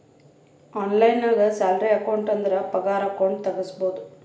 online ನಾಗ್ salary account ಅಂದುರ್ ಪಗಾರ ಅಕೌಂಟ್ ತೆಗುಸ್ಬೋದು